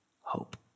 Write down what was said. hope